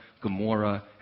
Gomorrah